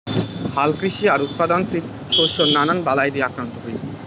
হালকৃষি আর উদ্যানতাত্ত্বিক শস্য নানান বালাই দিয়া আক্রান্ত হই